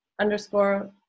underscore